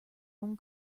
own